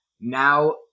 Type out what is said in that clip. Now